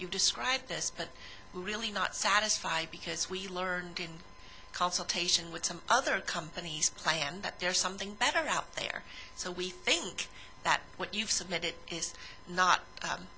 you described this but we're really not satisfied because we learned in consultation with some other companies plan that there's something better out there so we think that what you've submitted is not